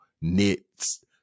knits